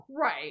Right